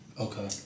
Okay